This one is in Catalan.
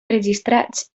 registrats